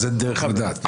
אז אין דרך לדעת.